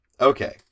okay